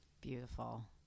Beautiful